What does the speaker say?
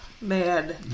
Mad